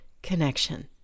connection